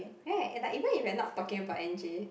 right like even if you are not talking about N_J